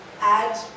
add